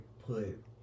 put